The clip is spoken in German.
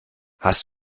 hast